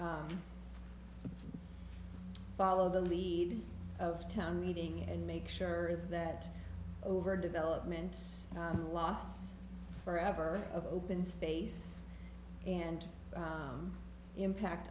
follow the lead of town meeting and make sure that over developments last forever of open space and impact